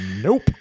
nope